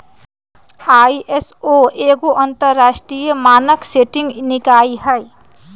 ISO एगो अंतरराष्ट्रीय मानक सेटिंग निकाय हइ